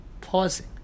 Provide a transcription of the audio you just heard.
pausing